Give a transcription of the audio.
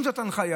אם זאת ההנחיה,